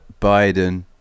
biden